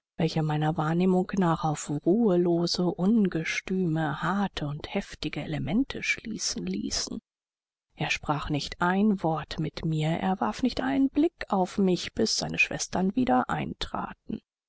welche meiner wahrnehmung nach auf ruhelose ungestüme harte und heftige elemente schließen ließen er sprach nicht ein wort mit mir er warf nicht einmal einen blick auf mich bis seine schwestern wieder eintraten